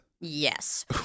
Yes